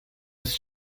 ist